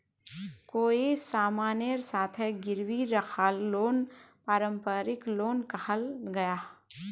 कोए सामानेर साथे गिरवी राखाल लोन पारंपरिक लोन कहाल गयाहा